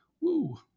woo